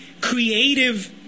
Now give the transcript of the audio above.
creative